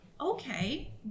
okay